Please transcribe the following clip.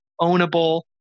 ownable